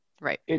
Right